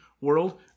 world